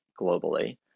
globally